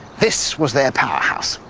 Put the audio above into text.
this was their power house,